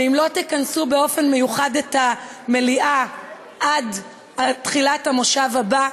ואם לא תכנסו באופן מיוחד את המליאה עד תחילת המושב הבא,